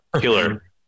killer